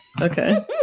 Okay